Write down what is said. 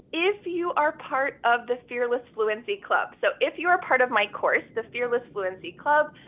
if you are part of the fearless fluency club. so if you're a part of my course, the fearless fluency club,